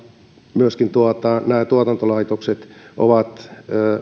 myöskin tuotantolaitokset ovat